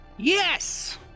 Yes